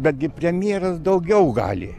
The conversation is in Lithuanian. betgi premjeras daugiau gali